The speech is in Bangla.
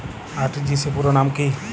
আর.টি.জি.এস পুরো নাম কি?